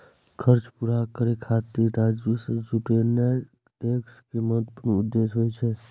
खर्च पूरा करै खातिर राजस्व जुटेनाय टैक्स के महत्वपूर्ण उद्देश्य होइ छै